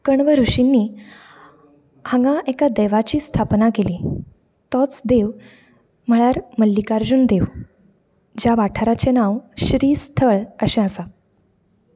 कण्व रुशीनी हांगा एका देवाची स्थापना केली तोच देव म्हळ्यार मल्लिकार्जून देव ज्या वाठाराचें नांव श्रीस्थळ अशें आसा